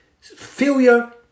Failure